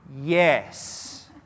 yes